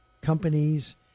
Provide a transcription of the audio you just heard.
companies